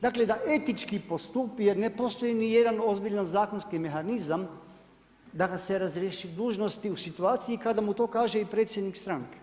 Dakle, da etički postupi jer ne postoji ni jedan zakonski mehanizam, da ga se razriješi dužnosti u situaciji kada mu to kaže i predsjednik stranke.